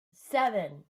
seven